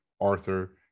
Arthur